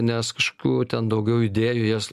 nes kažkokių ten daugiau idėjų jas